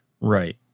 Right